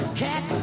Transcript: cat